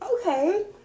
Okay